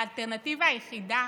שהאלטרנטיבה היחידה